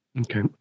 Okay